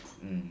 mm